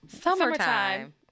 Summertime